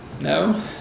No